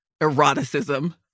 eroticism